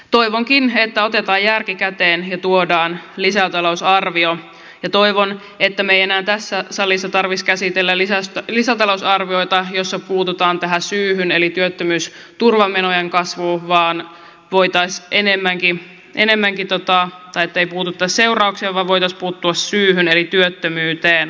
toivonkin että otetaan järki käteen ja tuodaan lisätalousarvio ja toivon ettei meidän enää tässä salissa tarvitsisi käsitellä lisätalousarvioita joissa puututaan tähän seuraukseen eli työttömyysturvamenojen kasvuun vaan voita enemmänkin enemmänkin totta ettei puututa seurauksia voitaisiin puuttua syyhyn eli työttömyyteen